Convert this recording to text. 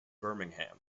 birmingham